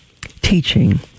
teaching